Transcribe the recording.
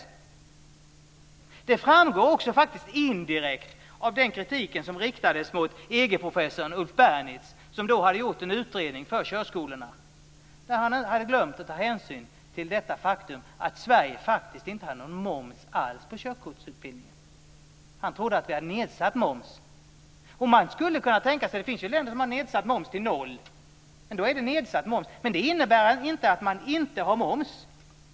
Indirekt framgår det faktiskt också av den kritik som riktades mot EG-professorn Ulf Bernitz som då hade gjort en utredning för körskolorna men som hade glömt att ta hänsyn till det faktum att Sverige faktiskt inte hade någon moms på körkortsutbildning. Han trodde att vi hade nedsatt moms. Det finns ju länder som har en moms som är nedsatt till noll men då är det just nedsatt moms. Det innebär för den skull inte att man inte har moms.